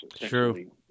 True